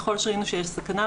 ככל שראינו שיש סכנה,